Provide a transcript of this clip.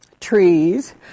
trees